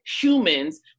humans